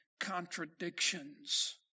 contradictions